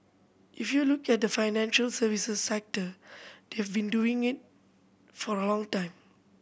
if you look at the financial services sector they've been doing in for a long time